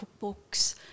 cookbooks